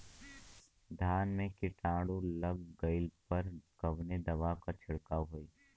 धान में कीटाणु लग गईले पर कवने दवा क छिड़काव होई?